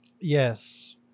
yes